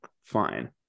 fine